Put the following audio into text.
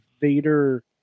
Vader